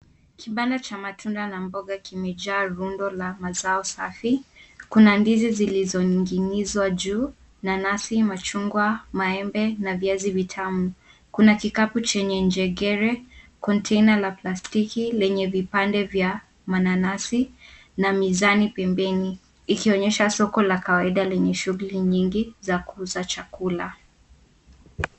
Kibanda cha matunda na mboga kimejaa rundo la mazao safi. Kuna ndizi zilizoning'inizwa juu, nanasi, machungwa, maembe na viazi vitamu. Kuna kikapu chenye njegere, container la plastiki lenye vipande vya mananasi na mizani pembeni, ikionyesha soko la kawaida lenye shughuli nyingi za kuuza chakula.